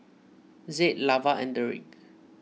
Zaid Lavar and Deric